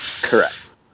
Correct